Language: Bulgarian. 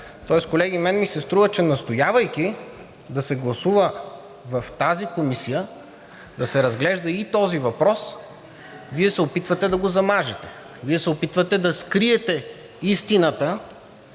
Тоест, колеги, на мен ми се струва, че настоявайки да се гласува в тази комисия да се разглежда и този въпрос, Вие се опитвате да го замажете, Вие се опитвате да скриете истината